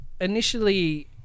Initially